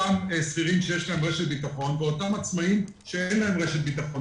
אותם שכירים שיש להם רשת ביטחון ואותם עצמאים שאין להם רשת ביטחון.